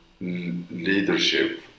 leadership